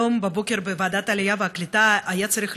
היום בבוקר בוועדת העלייה והקליטה היה צריך